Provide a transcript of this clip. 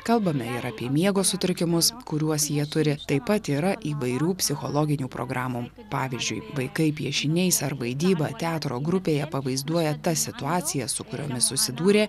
kalbame ir apie miego sutrikimus kuriuos jie turi taip pat yra įvairių psichologinių programų pavyzdžiui vaikai piešiniais ar vaidyba teatro grupėje pavaizduoja tas situacijas su kuriomis susidūrė